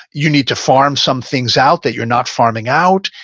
you need to farm some things out that you're not farming out,